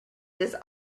this